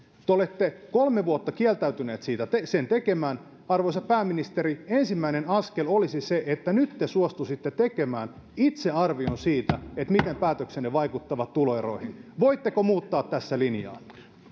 te olette kolme vuotta kieltäytyneet sitä tekemään arvoisa pääministeri ensimmäinen askel olisi se että nyt te suostuisitte tekemään itse arvion siitä miten päätöksenne vaikuttavat tuloeroihin voitteko muuttaa tässä linjaanne